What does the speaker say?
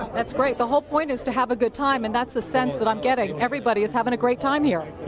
that's great. the whole point is to have a good time and that's the sense that i'm getting. everybody is having a great time here.